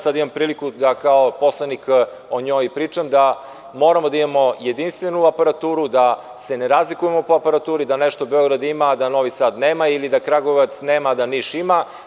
Sada imam priliku da, kao poslanik, o njoj pričam i da moramo da imamo jedinstvenu aparaturu, da se ne razlikujemo po aparaturi, da nešto Beograd ima, a da Novi Sad nema ili da Kragujevac nema, a da Niš ima.